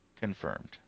confirmed